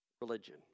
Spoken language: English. religion